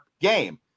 game